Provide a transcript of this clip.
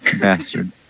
Bastard